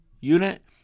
unit